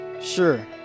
Sure